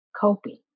Coping